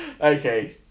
Okay